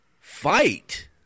fight